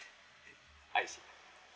I see